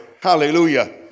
hallelujah